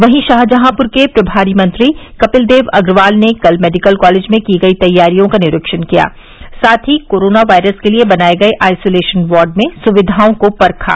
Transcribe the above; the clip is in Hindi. वहीं शाहजहांपुर के प्रभारी मंत्री कपिलदेव अग्रवाल ने कल मेडिकल कॉलेज में की गई तैयारियों का निरीक्षण किया साथ ही कोरोना वायरस के लिए बनाने गये आइसोलेशन वार्ड में सुविधाओं को परखा